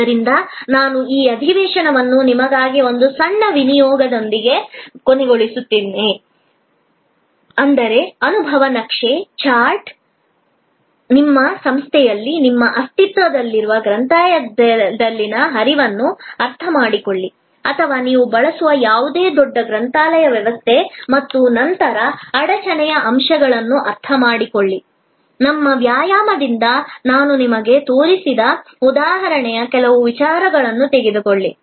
ಆದ್ದರಿಂದ ನಾನು ಈ ಅಧಿವೇಶನವನ್ನು ನಿಮಗಾಗಿ ಒಂದು ಸಣ್ಣ ನಿಯೋಜನೆಯೊಂದಿಗೆ ಕೊನೆಗೊಳಿಸುತ್ತೇನೆ ಅಂದರೆ ಅನುಭವ ನಕ್ಷೆ ಚಾರ್ಟ್ ಟ್ ನಿಮ್ಮ ಸಂಸ್ಥೆಯಲ್ಲಿ ನಿಮ್ಮ ಅಸ್ತಿತ್ವದಲ್ಲಿರುವ ಗ್ರಂಥಾಲಯದಲ್ಲಿನ ಹರಿವನ್ನು ಅರ್ಥಮಾಡಿಕೊಳ್ಳಿ ಅಥವಾ ನೀವು ಬಳಸುವ ಯಾವುದೇ ದೊಡ್ಡ ಗ್ರಂಥಾಲಯ ವ್ಯವಸ್ಥೆ ಮತ್ತು ನಂತರ ಅಡಚಣೆಯ ಅಂಶಗಳನ್ನು ಅರ್ಥಮಾಡಿಕೊಳ್ಳಿ ನಮ್ಮ ವ್ಯಾಯಾಮದಿಂದ ನಾನು ನಿಮಗೆ ತೋರಿಸಿದ ಉದಾಹರಣೆಯ ಕೆಲವು ವಿಚಾರಗಳನ್ನು ತೆಗೆದುಕೊಳ್ಳಿ